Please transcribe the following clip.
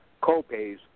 co-pays